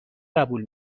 قبول